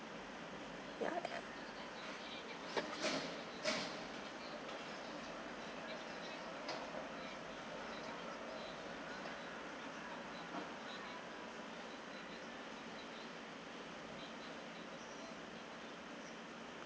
ya